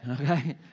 Okay